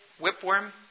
whipworm